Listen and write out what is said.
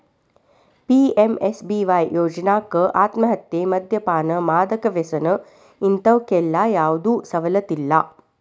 PMSBY ಯೋಜ್ನಾಕ ಆತ್ಮಹತ್ಯೆ, ಮದ್ಯಪಾನ, ಮಾದಕ ವ್ಯಸನ ಇಂತವಕ್ಕೆಲ್ಲಾ ಯಾವ್ದು ಸವಲತ್ತಿಲ್ಲ